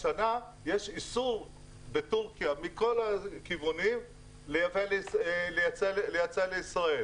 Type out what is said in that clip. השנה יש איסור בטורקיה מכל הכיוונים לייצא לישראל